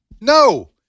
No